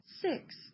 Six